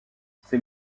ces